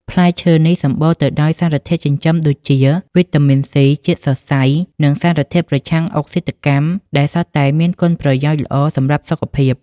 ផ្លែឈើនេះសម្បូរទៅដោយសារធាតុចិញ្ចឹមដូចជា វីតាមីន ស៊ី ជាតិសរសៃ និងសារធាតុប្រឆាំងអុកស៊ីតកម្ម ដែលសុទ្ធតែមានគុណប្រយោជន៍ល្អសម្រាប់សុខភាព។